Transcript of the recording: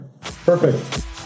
perfect